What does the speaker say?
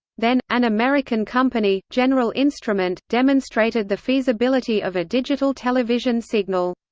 then, an american company, general instrument, demonstrated the feasibility of a digital television signal.